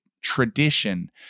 tradition